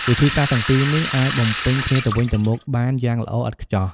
វិធីសាស្រ្តទាំងពីរនេះអាចបំពេញគ្នាទៅវិញទៅមកបានយ៉ាងល្អឥតខ្ចោះ។